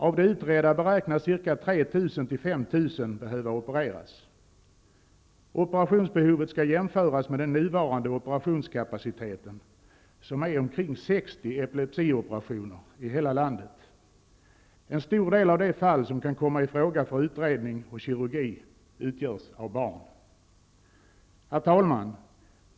Av de utredda beräknas ca 3 000--5 000 behöva opereras. Operationsbehovet skall jämföras med den nuvarande operationskapaciteten, som är omkring 60 epilepsioperationer i hela landet. En stor del av de fall som kan komma i fråga för utredning och kirurgi utgörs av barn. Herr talman!